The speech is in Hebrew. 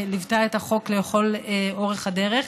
שליוותה את החוק לכל אורך הדרך,